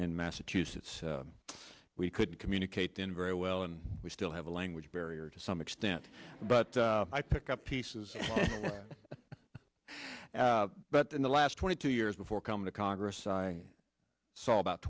in massachusetts we could communicate in very well and we still have a language barrier to some extent but i pick up pieces but in the last twenty two years before coming to congress i saw about